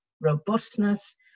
robustness